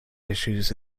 issues